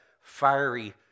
fiery